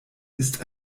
ist